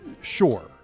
sure